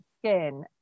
skin